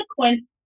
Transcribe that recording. consequence